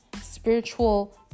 spiritual